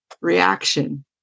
reaction